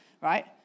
Right